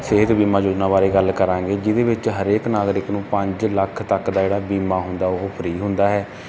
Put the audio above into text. ਸਿਹਤ ਬੀਮਾ ਯੋਜਨਾ ਬਾਰੇ ਗੱਲ ਕਰਾਂਗੇ ਜਿਹਦੇ ਵਿੱਚ ਹਰੇਕ ਨਾਗਰਿਕ ਨੂੰ ਪੰਜ ਲੱਖ ਤੱਕ ਦਾ ਜਿਹੜਾ ਬੀਮਾ ਹੁੰਦਾ ਉਹ ਫ੍ਰੀ ਹੁੰਦਾ ਹੈ